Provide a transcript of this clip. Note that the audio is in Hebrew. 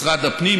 משרד הפנים,